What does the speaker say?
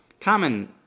common